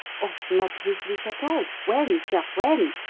or not this week at all? when, sir when?